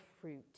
fruit